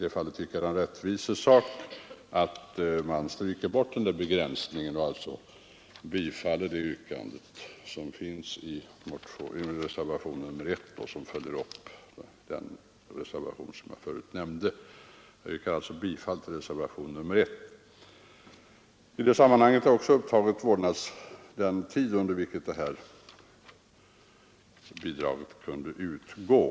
Jag tycker det är en rättvisesak att stryka bort den där begränsningen och bifalla yrkandet i reservationen I som följer upp motionen 692. Jag yrkar alltså bifall till reservationen 1. I det sammanhanget har jag också tagit upp frågan om den tid under vilken föräldrapenning skall kunna utgå.